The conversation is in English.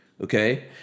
Okay